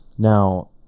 Now